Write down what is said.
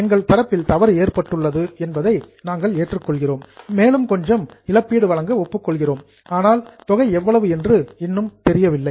எங்கள் தரப்பில் தவறு ஏற்பட்டுள்ளது என்பதை நாங்கள் ஏற்றுக் கொள்கிறோம் மேலும் கொஞ்சம் காம்பென்சேஷன் இழப்பீடு வழங்க ஒப்புக் கொள்கிறோம் ஆனால் தொகை எவ்வளவு என்று இன்னும் தெரியவில்லை